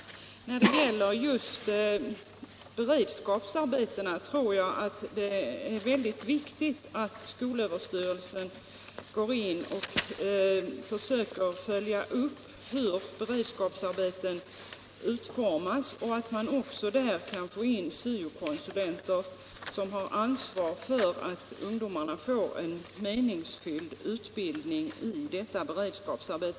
Just när det gäller beredskapsarbetena tror jag att det är väldigt viktigt att skolöverstyrelsen går in och försöker följa upp hur de utformas liksom att man kan få in syo-konsulenter som har ansvar för att ungdomarna får en meningsfvlld utbildning i beredskapsarbetet.